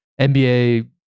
NBA